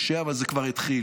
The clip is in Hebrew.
זה קשה אבל זה כבר התחיל.